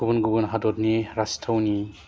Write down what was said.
गुबुन गुबुन हाददनि राजथावनि